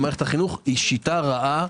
למערכת החינוך היא שיטה רעה.